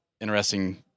interesting